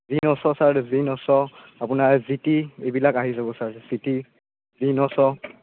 G নশ sir জি নশ আপোনাৰ জি টি এইবিলাক আহি যাব ছাৰ জি টি জি নশ